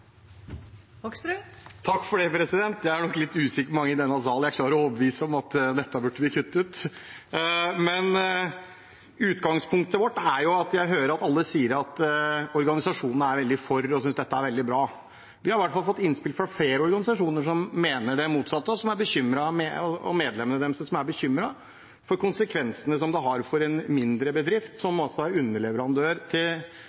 jo at jeg hører at alle sier at organisasjonene er veldig for og synes dette er veldig bra. Vi har i hvert fall fått innspill fra flere organisasjoner som mener det motsatte, og som er bekymret. Medlemmene deres er bekymret for konsekvensene det har for en mindre bedrift som er underleverandør til